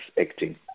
acting